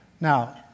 Now